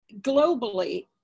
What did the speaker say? globally